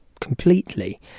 completely